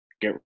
get